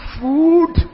food